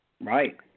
Right